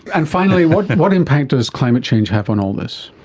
and finally, what what impact does climate change have on all this?